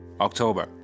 October